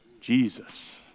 Jesus